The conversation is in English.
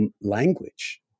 language